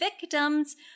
victims